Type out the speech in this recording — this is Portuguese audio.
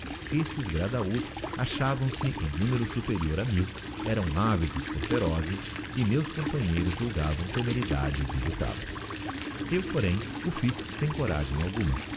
esses gradahás achavam-se em numero superior a mil eram ávidos por ferozes e meus companheiros julgavam temeridade visitai os eu porem o fiz sem coragem alguma